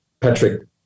Patrick